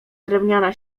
drewniana